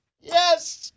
Yes